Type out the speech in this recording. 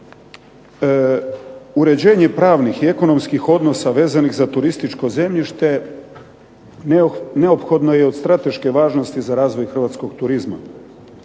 Uređenje pravnih i ekonomskih odnosa vezanih za turističko zemljište neophodno je i od strateške važnosti za razvoj hrvatskog turizma.